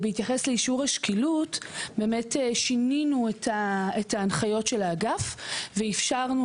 בהתייחס לאישור השקילות - באמת שינינו את הנחיות האגף ואפשרנו